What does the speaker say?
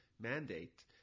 mandate